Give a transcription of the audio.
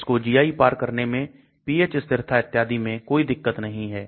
इसको GI पार करने में pH स्थिरता इत्यादि में कोई दिक्कत नहीं है